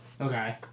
Okay